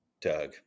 Doug